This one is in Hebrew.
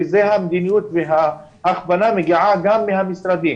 כי המדיניות וההכוונה מגיעה גם מהמשרדים.